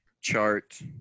Chart